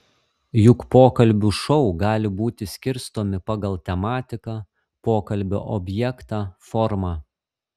juk pokalbių šou gali būti skirstomi pagal tematiką pokalbio objektą formą